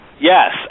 Yes